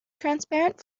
transparent